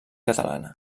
catalana